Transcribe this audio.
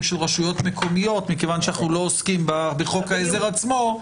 של רשויות מקומיות מכיוון שאנחנו לא עוסקים בחוק העזר עצמו,